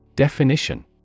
Definition